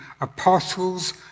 apostles